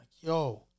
yo